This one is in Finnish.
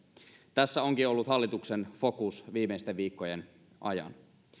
tässä onkin ollut hallituksen fokus viimeisten viikkojen ajan